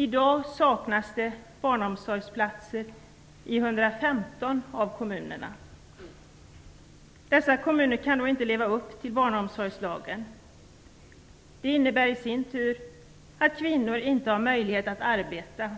I dag saknas det barnomsorgsplatser i 115 av kommunerna. Dessa kommuner kan då inte leva upp till barnomsorgslagen. Det innebär i sin tur att kvinnor inte har möjlighet att arbeta.